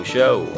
Show